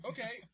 Okay